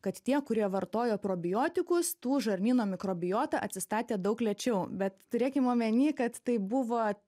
kad tie kurie vartojo probiotikus tų žarnyno mikrobiota atsistatė daug lėčiau bet turėkim omeny kad tai buvo